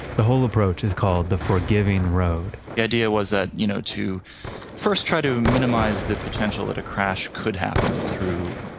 the whole approach is called the forgiving road the idea was that you know to first try to minimize the potential that a crash could happen through,